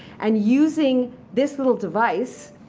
and using this little device,